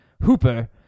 Hooper